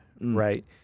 right